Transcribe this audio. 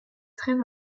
très